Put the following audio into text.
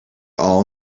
all